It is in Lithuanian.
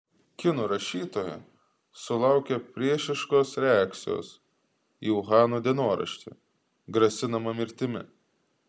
kinų rašytoja sulaukė priešiškos reakcijos į uhano dienoraštį grasinama mirtimi